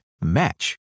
match